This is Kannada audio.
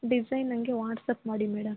ಡಿಸೈನ್ ನಂಗೆ ವಾಟ್ಸಾಪ್ ಮಾಡಿ ಮೇಡಮ್